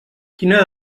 quina